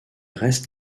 reste